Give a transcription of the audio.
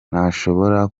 ntashobora